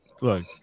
Look